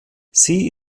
sie